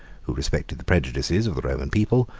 who respected the prejudices of the roman people,